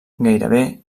gairebé